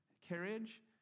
carriage